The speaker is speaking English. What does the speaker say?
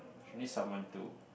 need someone to